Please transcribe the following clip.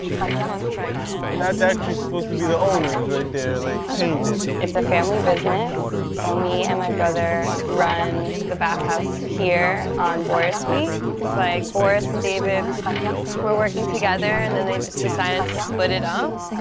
six months pregnant. and that's actually supposed to be the owners right there, like, painted. it's a family business. so me and my brother run the bathhouse here on boris week. it's, like, boris and david were working together, and then they just decided to split it up,